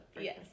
Yes